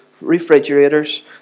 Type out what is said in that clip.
refrigerators